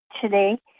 today